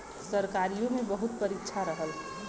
सरकारीओ मे बहुत परीक्षा रहल